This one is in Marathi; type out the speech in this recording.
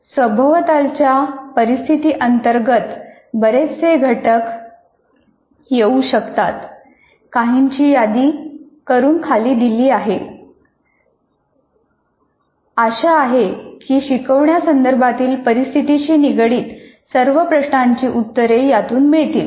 सभोवतालच्या परिस्थिती अंतर्गत बरेचसे घटक येऊ शकतात काहींची यादी करून खाली दिली आहे आशा आहे की शिकवण्या संदर्भातील परिस्थितीशी निगडीत सर्व प्रश्नांची उत्तरे त्यातून मिळतील